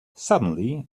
suddenly